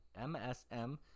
MSM